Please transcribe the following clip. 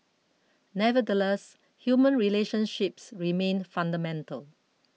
nevertheless human relationships remain fundamental